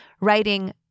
writing